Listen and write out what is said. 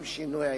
עם שינוי העתים.